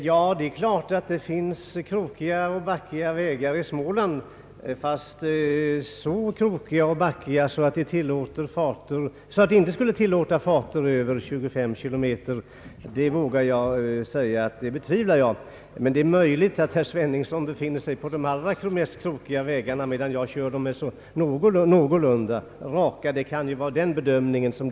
Herr talman! Visst finns det krokiga och backiga vägar i Småland, men jag betvivlar att de är så krokiga och backiga att de inte skulle tillåta farter över 25 km i timmen. Det är möjligt att herr Sveningsson brukar köra på de allra krokigaste vägarna, medan jag kör på vägar som är någorlunda raka.